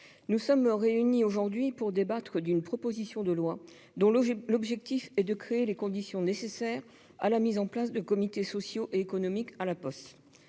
nous voici réunis pour débattre d'une proposition de loi dont l'objectif est de créer les conditions nécessaires à la mise en place de comités sociaux et économiques à La Poste.